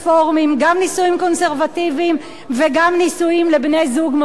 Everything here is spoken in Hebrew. גם נישואים קונסרבטיביים וגם נישואים של בני-זוג מאותו מין.